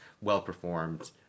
well-performed